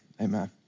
Amen